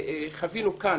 חווינו כאן,